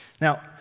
Now